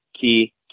key